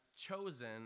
chosen